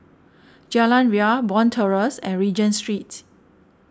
Jalan Ria Bond Terrace and Regent Street